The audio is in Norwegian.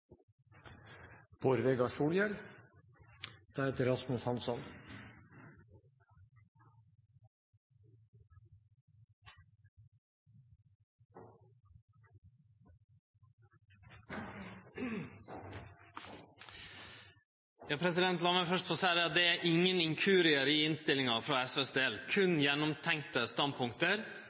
meg først få seie at det er ingen inkuriar i innstillinga for SV sin del, berre gjennomtenkte standpunkt.